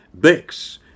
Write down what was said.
Bex